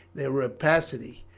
their rapacity,